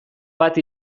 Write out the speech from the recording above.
bat